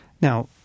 Now